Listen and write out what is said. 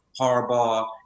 Harbaugh